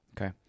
Okay